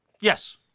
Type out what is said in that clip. Yes